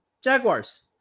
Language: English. Jaguars